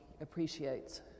appreciates